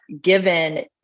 given